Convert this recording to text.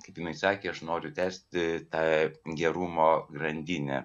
kaip jinai sakė aš noriu tęsti tą gerumo grandinę